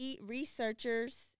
researchers